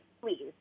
please